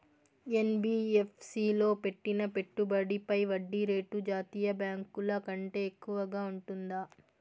NBFC లో పెట్టిన పెట్టుబడి పై వడ్డీ రేటు జాతీయ బ్యాంకు ల కంటే ఎక్కువగా ఉంటుందా?